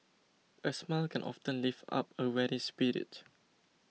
a smile can often lift up a weary spirit